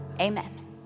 amen